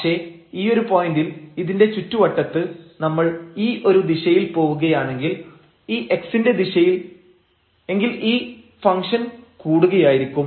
പക്ഷെ ഈ ഒരു പോയന്റിൽ ഇതിന്റെ ചുറ്റുവട്ടത്ത് നമ്മൾ ഈയൊരു ദിശയിൽ പോവുകയാണെങ്കിൽ ഈ x ന്റെ ദിശയിൽ എങ്കിൽ ഈ ഫംഗ്ഷൻ കൂടുകയായിരിക്കും